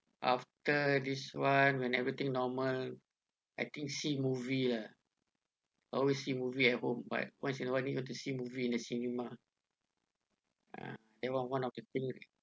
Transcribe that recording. after this one when everything normal I think see movie lah always see movie at home but once in a while need to see movie in a cinema ah that one one of the thing